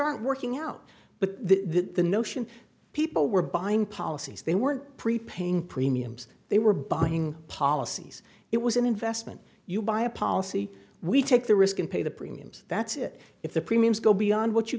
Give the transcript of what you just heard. aren't working out but the notion people were buying policies they weren't prepaying premiums they were buying policies it was an investment you buy a policy we take the risk and pay the premiums that's it if the premiums go beyond what you